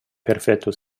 perfetto